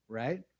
right